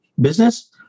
business